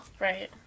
right